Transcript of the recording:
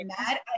mad